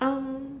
um